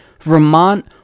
Vermont